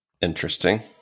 Interesting